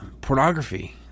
pornography